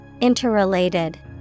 interrelated